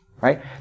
right